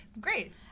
Great